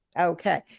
Okay